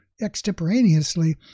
extemporaneously